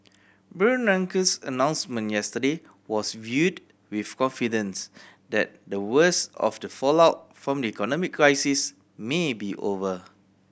Bernanke's announcement yesterday was viewed with confidence that the worst of the fallout from the economic crisis may be over